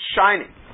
shining